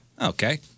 Okay